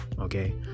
Okay